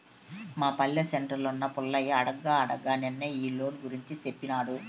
మా పల్లె సెంటర్లున్న పుల్లయ్య అడగ్గా అడగ్గా నిన్నే ఈ లోను గూర్చి సేప్పినాడు